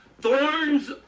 Thorns